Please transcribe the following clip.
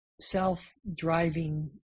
self-driving